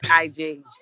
IG